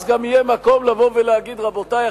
אז גם יהיה מקום לבוא ולהגיד: רבותי,